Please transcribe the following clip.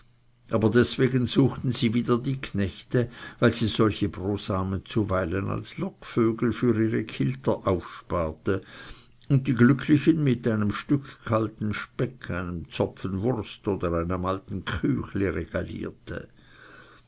zufielen deswegen suchten sie wieder die knechte weil sie solche brosamen zuweilen als lockvögel für ihre kilter aufsparte und die glücklichen mit einem stück kalten speck einem zopfen wurst oder einem alten küchli regalierte